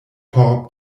por